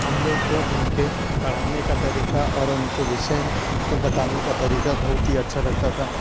हम लोगों को उनके पढ़ाने का तरीका और उनके विषय मे को बताने का तरीका बहुत ही अच्छा लगता था